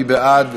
מי בעד?